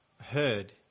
heard